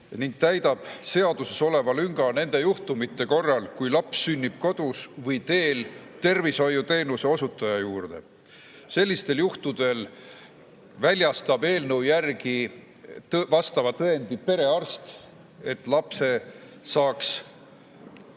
ning täidab seaduses oleva lünga nende juhtumite korral, kui laps sünnib kodus või teel tervishoiuteenuse osutaja juurde. Sellistel juhtudel väljastab eelnõu järgi vastava tõendi perearst, et lapse saaks